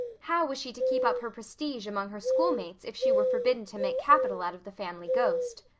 how was she to keep up her prestige among her schoolmates if she were forbidden to make capital out of the family ghost?